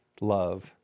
love